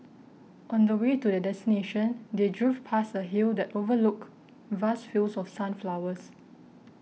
on the way to their destination they drove past a hill that overlooked vast fields of sunflowers